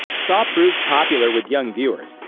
saw proved popular with young viewers,